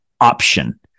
Option